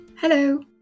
Hello